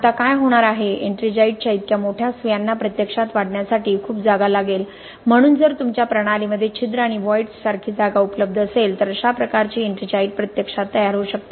आता काय होणार आहे एट्रिंजाईटच्या इतक्या मोठ्या सुयांना प्रत्यक्षात वाढण्यासाठी खूप जागा लागेल म्हणून जर तुमच्या प्रणालीमध्ये छिद्र आणि व्हॉईड्स सारखी जागा उपलब्ध असेल तर अशा प्रकारची एट्रिंजाइट प्रत्यक्षात तयार होऊ शकते